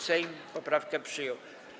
Sejm poprawkę przyjął.